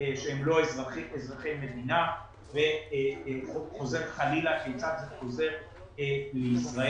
הם לא אזרחי מדינה וכיצד זה חוזר לישראל.